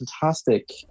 fantastic